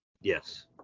yes